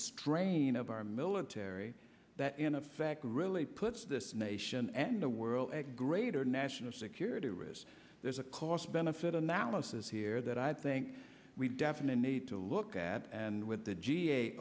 strain of our military that in effect really puts this nation and the world at greater national security risk there's a cost benefit analysis here that i think we definitely need to look at and with the g